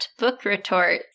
BookRetorts